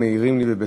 מעירים לי, ובצדק,